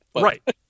Right